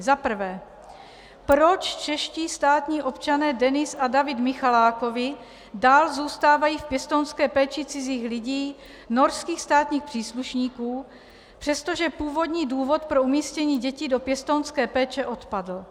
1. proč čeští státní občané Denis a David Michalákovi dál zůstávají v pěstounské péči cizích lidí, norských státních příslušníků, přestože původní důvod pro umístění dětí do pěstounské péče odpadl,